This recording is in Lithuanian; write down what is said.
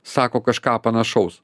sako kažką panašaus